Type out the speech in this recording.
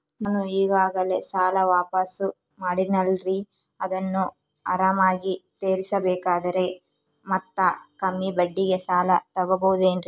ನಾನು ಈಗಾಗಲೇ ಸಾಲ ವಾಪಾಸ್ಸು ಮಾಡಿನಲ್ರಿ ಅದನ್ನು ಆರಾಮಾಗಿ ತೇರಿಸಬೇಕಂದರೆ ಮತ್ತ ಕಮ್ಮಿ ಬಡ್ಡಿಗೆ ಸಾಲ ತಗೋಬಹುದೇನ್ರಿ?